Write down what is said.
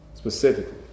Specifically